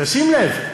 שים לב,